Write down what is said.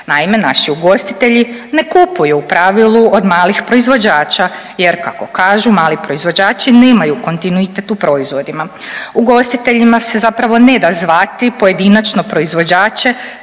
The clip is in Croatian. Naime, naši ugostitelji ne kupuju u pravilu od malih proizvođača jer kako kažu mali proizvođači nemaju kontinuitet u proizvodima. Ugostiteljima se zapravo ne da zvati pojedinačno proizvođače